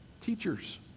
teachers